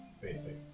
Basic